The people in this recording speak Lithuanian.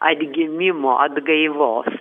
atgimimo atgaivos